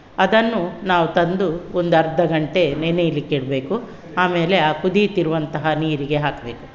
ಅದನ್ನು ನಾವು ತಂದು ಒಂದರ್ಧ ಗಂಟೆ ನೆನೇಲಿಕ್ಕಿಡಬೇಕು ಆಮೇಲೆ ಆ ಕುದೀತಿರುವಂತಹ ನೀರಿಗೆ ಹಾಕಬೇಕು